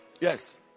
Yes